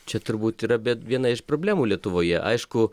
čia turbūt yra bet viena iš problemų lietuvoje aišku